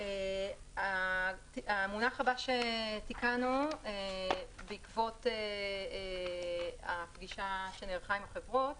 המונח הבא שתיקנו בעקבות הפגישה שנערכה עם החברות